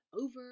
over